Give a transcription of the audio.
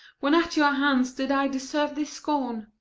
when at your hands did i deserve this scorn?